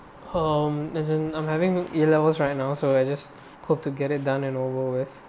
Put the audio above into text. um as in I'm having A levels right now so I just hope to get it done and over with